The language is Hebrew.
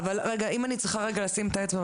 אני חושב --- אם אני צריכה רגע לשים את האצבע,